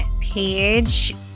Page